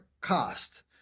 cost